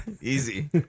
Easy